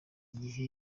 igihe